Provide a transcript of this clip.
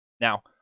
Now